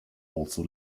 also